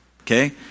okay